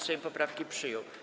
Sejm poprawki przyjął.